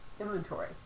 inventory